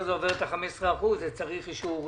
זה עובר את ה-15% צריך אישור נוסף.